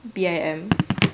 B I M